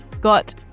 got